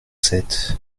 sept